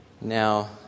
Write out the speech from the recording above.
now